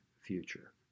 future